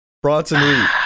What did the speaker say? Bronson